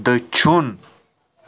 دٔچھُن